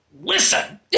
listen